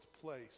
place